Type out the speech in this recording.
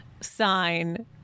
sign